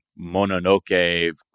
Mononoke